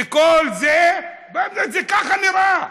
וכל זה, באמת, זה ככה נראה.